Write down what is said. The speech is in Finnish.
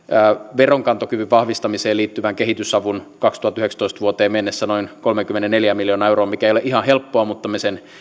veronkantokyvyn vahvistamiseen liittyvän kehitysavun vuoteen kaksituhattayhdeksäntoista mennessä noin kolmeenkymmeneenneljään miljoonaan euroon mikä ei ole ihan helppoa mutta me